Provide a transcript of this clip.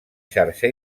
xarxa